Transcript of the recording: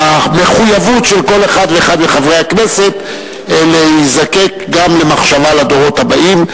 למחויבות של כל אחד ואחד מחברי הכנסת להיזקק גם למחשבה על הדורות הבאים.